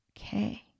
okay